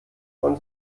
von